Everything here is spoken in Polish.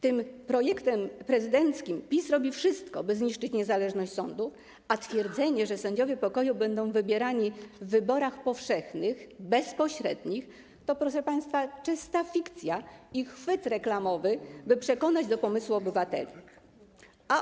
Tym projektem prezydenckim PiS robi wszystko, by zniszczyć niezależność sądów, a twierdzenie, że sędziowie pokoju będą wybierani w wyborach powszechnych, bezpośrednich, to, proszę państwa, czysta fikcja i chwyt reklamowy, by przekonać obywateli do pomysłu.